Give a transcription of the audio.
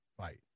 fight